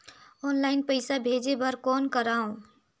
Online पईसा भेजे बर कौन करव?